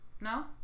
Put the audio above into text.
No